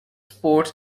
sports